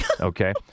Okay